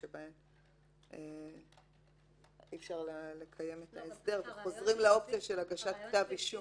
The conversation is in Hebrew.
שבהן אי אפשר לקיים את ההסדר וחוזרים לאופציה של הגשת כתב אישום.